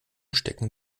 stecken